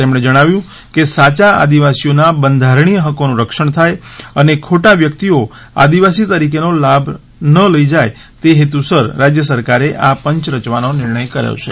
તેમણે જણાવ્યું કે સાચા આદિવાસીઓના બંધારણીય હક્કોનું રક્ષણ થાય અને ખોટા વ્યકિતઓ આદિવાસી તરીકેના લાભો લઇ ન જાય તેવા હેતુસર રાજ્ય સરકારે આ પંચ રયવાનો નિર્ણય કર્યો છે